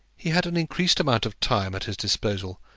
he had an increased amount of time at his disposal,